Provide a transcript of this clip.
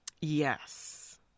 Yes